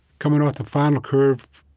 coming off the final curve,